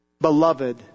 beloved